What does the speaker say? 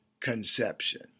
conception